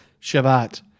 Shabbat